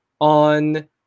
on